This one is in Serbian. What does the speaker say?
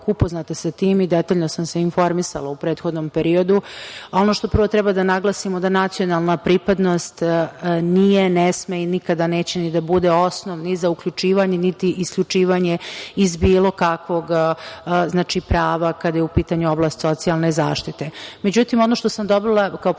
upoznata sam sa tim i detaljno sam se informisala u prethodnom periodu. Ono što prvo treba da naglasimo da nacionalna pripadnost nije, ne sme i nikada neće ni da bude osnov ni za uključivanje, niti isključivanje iz bilo kakvog prava kada je u pitanju oblast socijalne zaštite.Međutim, ono što sam dobila kao podatak